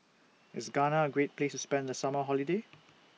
IS Ghana A Great Place to spend The Summer Holiday